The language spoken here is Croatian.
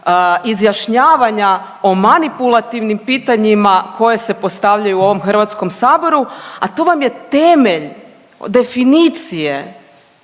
izjašnjavanja o manipulativnim pitanjima koje se postavljaju u ovom Hrvatskom saboru, a to vam je temelj definicije